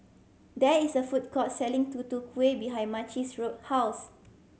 there is a food court selling Tutu Kueh behind Macey's road house